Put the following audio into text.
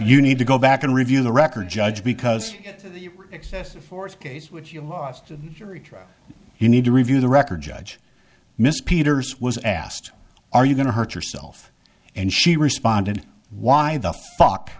you need to go back and review the record judge because excessive force case which you lost your trial you need to review the record judge miss peters was asked are you going to hurt yourself and she responded why the fuck